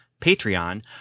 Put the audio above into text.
patreon